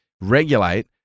regulate